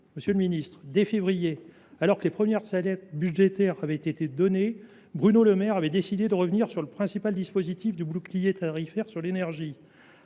mois de février dernier, alors que les premières alertes budgétaires avaient été lancées, Bruno Le Maire a décidé de revenir sur le principal dispositif du bouclier tarifaire sur l’énergie.